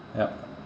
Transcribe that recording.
yup